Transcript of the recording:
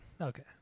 Okay